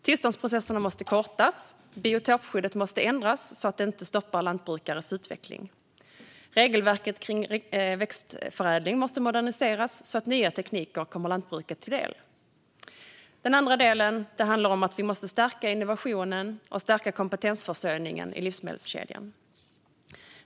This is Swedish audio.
Tillståndsprocesserna måste kortas, och biotopskyddet måste ändras så att det inte stoppar lantbrukets utveckling. Regelverket kring växtförädling måste moderniseras så att nya tekniker kommer lantbruket till del. För det andra måste vi stärka innovationen och stärka kompetensförsörjningen i livsmedelskedjan.